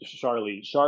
charlie